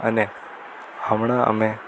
અને હમણાં અમે